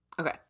Okay